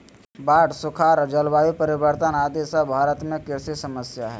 बाढ़, सुखाड़, जलवायु परिवर्तन आदि सब भारत में कृषि समस्या हय